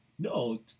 No